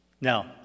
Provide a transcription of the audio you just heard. Now